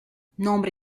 nombre